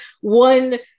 one